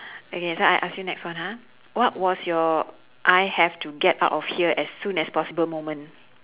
okay so I ask you next one ha what was your I have to get out of here as soon as possible moment